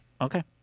Okay